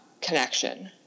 connection